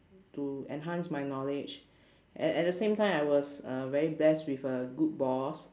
to enhance my knowledge at at the same time I was uh very blessed with a good boss